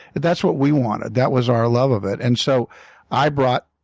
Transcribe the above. that's what we wanted that was our love of it. and so i brought,